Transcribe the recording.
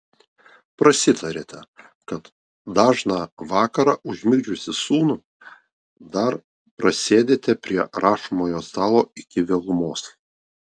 prasitarėte kad dažną vakarą užmigdžiusi sūnų dar prasėdite prie rašomojo stalo iki vėlumos